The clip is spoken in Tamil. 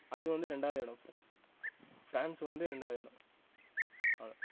அது வந்து ரெண்டாவுது இடோம் ஃப்ரா ஃப்ரான்ஸ் வந்து ரெண்டாவது இடோம்